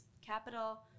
capital